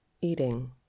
eating